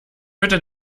bitte